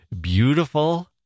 beautiful